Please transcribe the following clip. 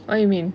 what you mean